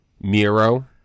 Miro